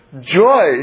joy